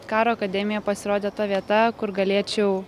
karo akademija pasirodė ta vieta kur galėčiau